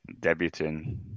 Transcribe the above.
Debuting